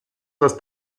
das